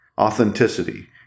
Authenticity